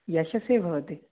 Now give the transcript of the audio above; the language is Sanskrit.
यशसे भवति